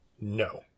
No